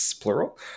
plural